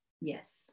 Yes